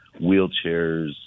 wheelchairs